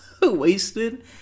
wasted